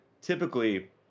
Typically